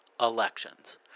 elections